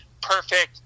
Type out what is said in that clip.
perfect